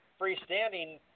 freestanding